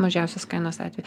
mažiausios kainos atveju